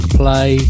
play